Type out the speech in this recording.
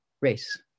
race